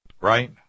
Right